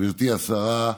גברתי השרה,